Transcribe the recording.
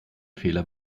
fehler